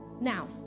Now